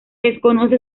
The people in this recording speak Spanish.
desconoce